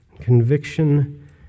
conviction